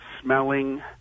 smelling